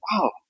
Wow